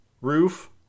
Roof